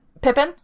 Pippin